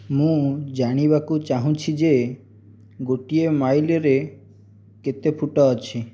ମୁଁ ଜାଣିବାକୁ ଚାହୁଁଛି ଯେ ଗୋଟିଏ ମାଇଲରେ କେତେ ଫୁଟ ଅଛି